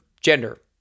gender